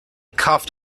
coughed